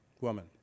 woman